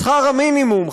שכר המינימום,